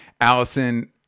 Allison